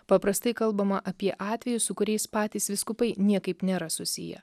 paprastai kalbama apie atvejus su kuriais patys vyskupai niekaip nėra susiję